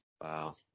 wow